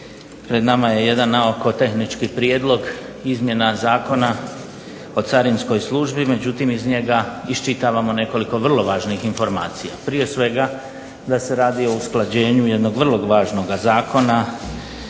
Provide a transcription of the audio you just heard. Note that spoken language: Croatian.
Pred nama je jedan na oko tehnički prijedlog izmjena Zakona o carinskoj službi, međutim iz njega iščitavamo nekoliko vrlo važnih informacija. Prije svega da se radi o usklađenju jednog vrlo važnog zakona